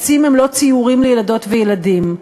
עצים הם לא ציורים לילדות ולילדים.